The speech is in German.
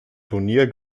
turnier